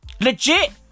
Legit